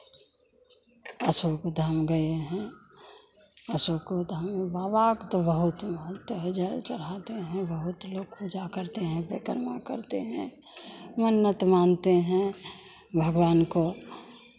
अशोकधाम गए हैं अशोको धाम में बाबा को तो बहुत है महत्व है जल चढ़ाते हैं बहुत लोग पूजा करते हैं परिक्रमा करते हैं मन्नत मानते हैं भगवान को